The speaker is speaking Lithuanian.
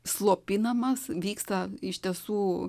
slopinamas vyksta iš tiesų